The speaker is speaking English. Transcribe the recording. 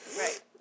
Right